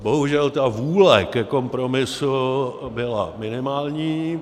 Bohužel vůle ke kompromisu byla minimální.